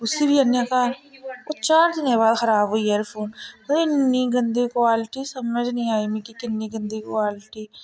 उसी बी आह्नेआ घर ओह् चार दिनें बाद खराब होई गेआ एयरफोन मतलब इ'न्नी गंदी कोआलटी समझ नी आई मिकी किन्नी गंदी कोआलटी